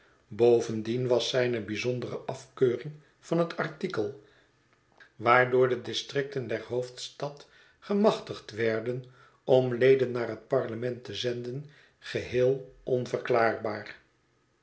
bovendien was zijne bijzondere afkeuring van het artikel waardoor de districten der hoofdstad gemachtigd werden om leden naar het parlement te zenden geheel onverklaarbaar